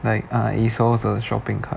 like uh ASOS 的 shopping cart